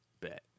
bet